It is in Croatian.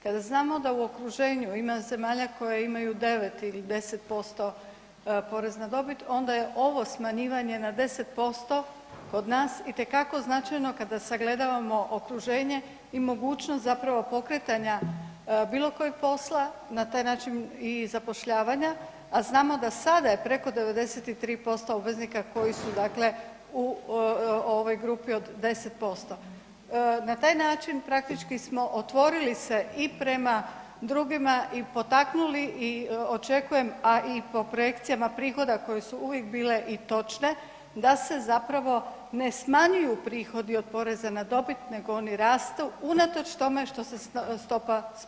Kada znamo da u okruženju ima zemalja koje imaju 9 ili 10% porez na dobit onda je ovo smanjivanje na 10% kod nas itekako značajno kada sagledavamo okruženje i mogućnost zapravo pokretanja bilo kojeg posla, na taj način i zapošljavanja, a znamo da sada je preko 93% obveznika koji su, dakle u ovoj grupi od 10% Na taj način praktički smo otvorili se i prema drugima i potaknuli i očekujem, a i po projekcijama prihoda koje su uvijek bile i točne, da se zapravo ne smanjuju prihodi od poreza na dobit, nego oni rastu, unatoč tome što se stopa spušta.